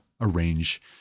arrange